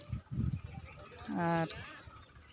ᱟᱨ